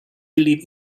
believe